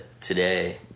today